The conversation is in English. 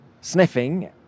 sniffing